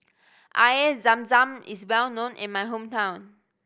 Air Zam Zam is well known in my hometown